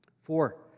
Four